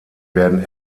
werden